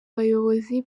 bayobozi